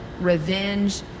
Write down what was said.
revenge